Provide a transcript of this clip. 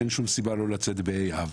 אין שום סיבה לא לצאת ב-ה' באב.